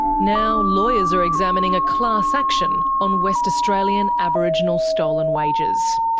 now lawyers are examining a class action on west australian aboriginal stolen wages.